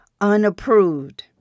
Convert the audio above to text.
unapproved